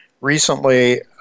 recently